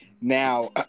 now